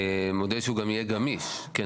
מודל שיהי הגמיש, כן?